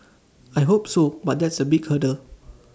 I hope so but that's A big hurdle